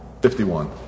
Fifty-one